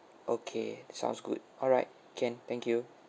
okay sounds good alright can thank you